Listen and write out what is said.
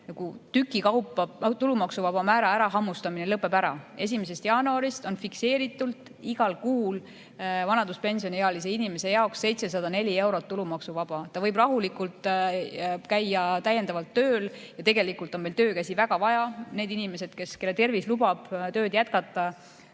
tüki kaupa tulumaksuvaba määra ärahammustamine lõpeb ära. 1. jaanuarist on fikseeritult igal kuul vanaduspensioniealise inimese jaoks 704 eurot tulumaksuvaba. Ta võib rahulikult käia täiendavalt tööl ja tegelikult on meil töökäsi väga vaja. Neid inimesi, kelle tervis lubab tööd jätkata